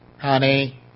honey